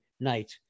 night